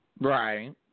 Right